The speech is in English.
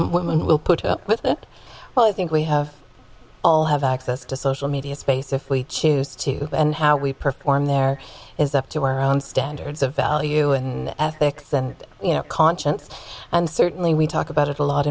women will put up with it well i think we have all have access to social media space if we choose to and how we perform there is up to our own standards of value and ethics and you know conscience and certainly we talk about it a lot